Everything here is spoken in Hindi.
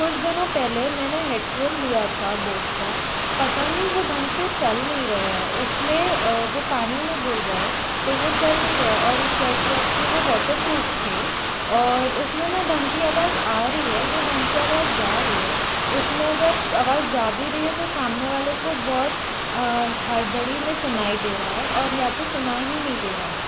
कुछ दिनों पहले मैंने हेडफ़ोन लिया था बोट का पता नहीं तो ढंग से चल नहीं रहे है उसमें वो पानी में गिर गए तो वो चल नहीं रहे और जैसे जब की वो वाटरप्रूफ थे और उसमें ना ढंग की आवाज़ आ रही है और ना ढंग से आवाज़ जा रही है उसमें अगर आवाज़ जा भी रही है वो सामने वाले को बहुत हड़बड़ी में सुनाई दे रहा है और या तो सुनाई ही नहीं दे रहा है